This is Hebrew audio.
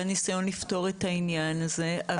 הניסיון לפתור את העניין הזה ממשיך כל הזמן.